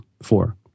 four